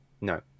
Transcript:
no